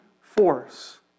force